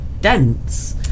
dense